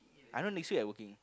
I know next week I working